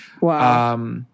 Wow